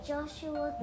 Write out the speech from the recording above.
Joshua